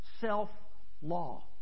self-law